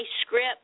script